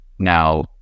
Now